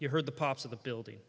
you heard the pops of the building